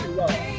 love